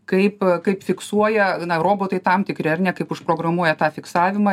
kaip kaip fiksuoja robotai tam tikri ar ne kaip užprogramuoja tą fiksavimą